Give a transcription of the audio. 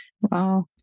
wow